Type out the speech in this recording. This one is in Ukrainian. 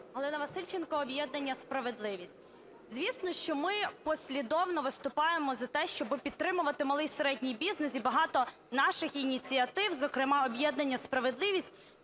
Галина Васильченко, об'єднання "Справедливість". Звісно, що ми послідовно виступаємо за те, щоб підтримувати малий і середній бізнес. І багато наших ініціатив, зокрема об'єднання "Справедливість",